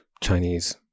Chinese